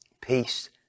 peace